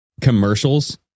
commercials